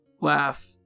laugh